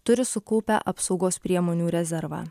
turi sukaupę apsaugos priemonių rezervą